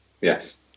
yes